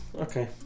Okay